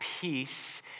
peace